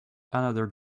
another